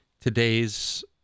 Today's